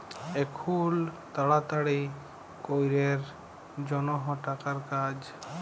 এখুল তাড়াতাড়ি ক্যরের জনহ টাকার কাজ